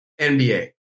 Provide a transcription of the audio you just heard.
NBA